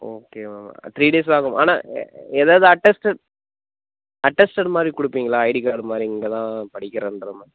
okay ma'am three days ஆகுமா ஆனால் ஏதாவது அடெஸ்ட்டட் அடெஸ்ட்டடு மாதிரி கொடுப்பிங்களா ஐடி கார்டு மாதிரி இங்கே தான் படிக்கிறேன்ற மாதிரி